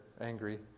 angry